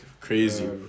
crazy